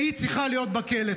והיא צריכה להיות בכלא.